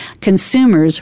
consumers